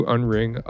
Unring